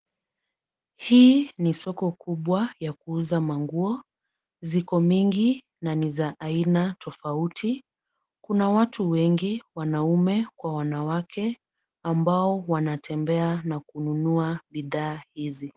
Hii ni soko kubwa ya kuuza manguo, ziko mingi na ni za aina tofauti. Kuna watu wengi, waume kwa wanawake wanatembea na kununua bidhaa hizi.